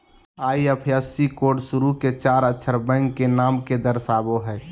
IFSC code शुरू के चार अक्षर बैंक के नाम के दर्शावो हइ